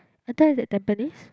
I thought it's at tampines